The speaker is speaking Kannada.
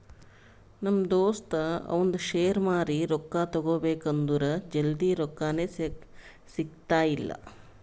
ನಮ್ ದೋಸ್ತ ಅವಂದ್ ಶೇರ್ ಮಾರಿ ರೊಕ್ಕಾ ತಗೋಬೇಕ್ ಅಂದುರ್ ಜಲ್ದಿ ರೊಕ್ಕಾನೇ ಸಿಗ್ತಾಯಿಲ್ಲ